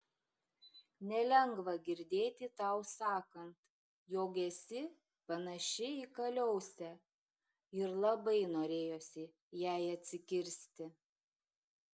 nelengva girdėti tau sakant jog esi panaši į kaliausę ir labai norėjosi jai atsikirsti